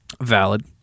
valid